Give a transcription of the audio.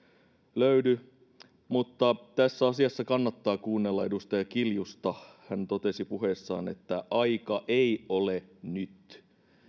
löydy mutta tässä asiassa kannattaa kuunnella edustaja kiljusta hän totesi puheessaan että aika ei ole nyt